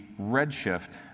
Redshift